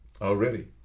already